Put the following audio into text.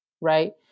Right